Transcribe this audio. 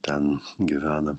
ten gyvena